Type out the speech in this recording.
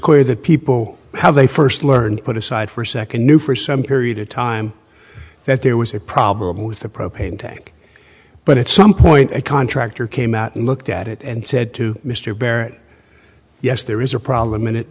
clear that people have a first learned put aside for second knew for some period of time that there was a problem with the propane tank but at some point a contractor came out and looked at it and said to mr barrett yes there is a problem and it